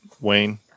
Wayne